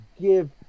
give